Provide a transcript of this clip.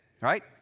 Right